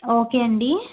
okay అండి